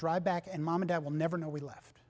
drive back and mom and dad will never know we left